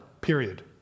period